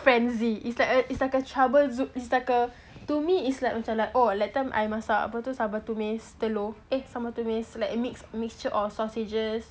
frenzy it's like a it's like a trouble sho~ it's like a to me it's like macam like that time I masak sambal tumis telur eh sambal tumis like mixture of sausages